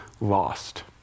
lost